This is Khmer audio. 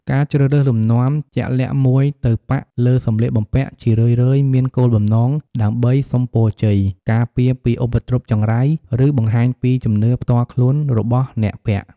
ការជ្រើសរើសលំនាំជាក់លាក់មួយទៅប៉ាក់លើសម្លៀកបំពាក់ ជារឿយៗមានគោលបំណងដើម្បី សុំពរជ័យ ការពារពីឧបទ្រពចង្រៃ ឬ បង្ហាញពីជំនឿផ្ទាល់ខ្លួន របស់អ្នកពាក់។